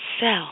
sell